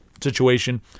situation